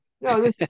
No